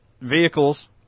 vehicles